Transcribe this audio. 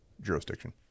jurisdiction